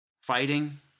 Fighting